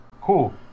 Cool